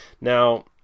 Now